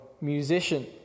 musician